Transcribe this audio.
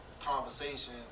conversation